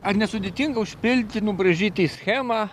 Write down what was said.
ar nesudėtinga užpildyti ir nubraižyti schemą